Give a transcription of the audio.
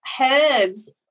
herbs